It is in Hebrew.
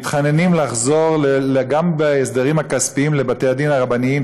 מתחננים לחזור גם בהסדרים הכספיים לבתי-הדין הרבניים,